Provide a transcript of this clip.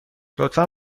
لطفا